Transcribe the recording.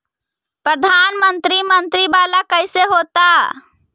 प्रधानमंत्री मंत्री वाला कैसे होता?